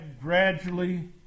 gradually